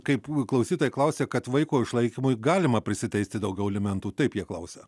kaip klausytojai klausia kad vaiko išlaikymui galima prisiteisti daugiau alimentų taip jie klausia